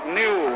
new